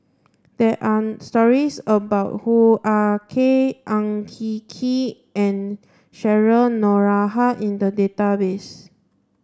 there are stories about Hoo Ah Kay Ang Hin Kee and Cheryl Noronha in the database